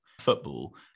football